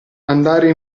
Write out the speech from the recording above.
andare